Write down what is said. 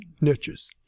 niches